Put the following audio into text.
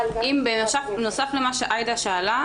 נוסף למה שעאידה שאלה,